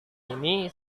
ini